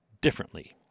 differently